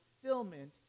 fulfillment